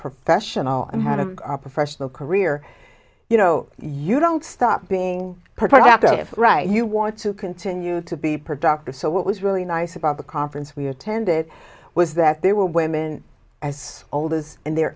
professional and had a are professional career you know you don't stop being productive right you want to continue to be productive so what was really nice about the conference we attended was that there were women as old as in their